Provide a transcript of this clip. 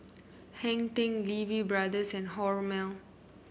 Hang Ten Lee Wee Brothers and Hormel